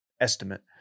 estimate